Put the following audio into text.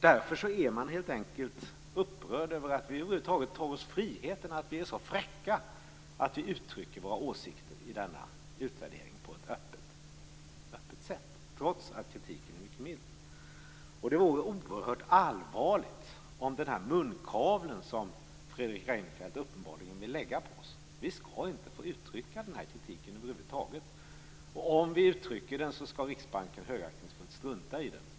Därför är man upprörd över att vi tar oss friheten - att vi är så fräcka - att uttrycka våra åsikter i denna utvärdering på ett öppet sätt - trots att kritiken är mycket mild. Det är oerhört allvarligt med den munkavle som Fredrik Reinfeldt uppenbarligen vill lägga på oss, dvs. vi skall över huvud taget inte få uttrycka kritik. Om vi uttrycker kritik skall Riksbanken högaktningsfullt strunta i den.